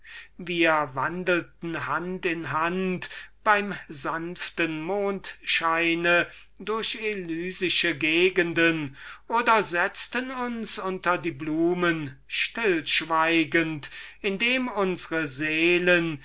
wir wandelten hand in hand beim sanften mondschein durch elysische gegenden oder setzten uns unter die blumen stillschweigend indem unsre seelen